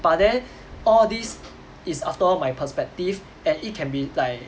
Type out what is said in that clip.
but then all these is after all my perspective and it can be like